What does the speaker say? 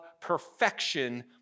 perfection